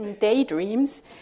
daydreams